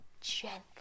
gentle